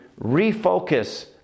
refocus